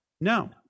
No